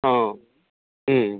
ఆ